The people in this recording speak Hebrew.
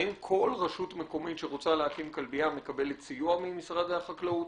האם כל רשות מקומית שרוצה להקים כלביה מקבלת סיוע ממשרד החקלאות?